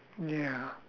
ya